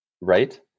Right